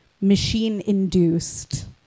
machine-induced